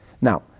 now